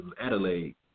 Adelaide